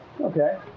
okay